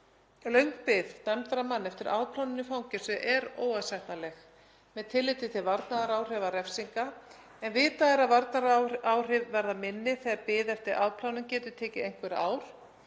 Löng bið dæmdra manna eftir afplánun í fangelsi er óásættanleg með tilliti til varnaðaráhrifa refsinga en vitað er að varnaðaráhrif verða minni þegar bið eftir afplánun getur tekið einhver ár